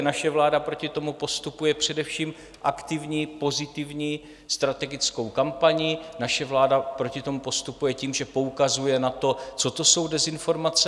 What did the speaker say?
Naše vláda proti tomu postupuje především aktivní pozitivní strategickou kampaní, naše vláda proti tomu postupuje tím, že poukazuje na to, co to jsou dezinformace.